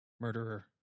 murderer